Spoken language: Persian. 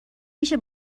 میشه